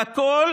הכול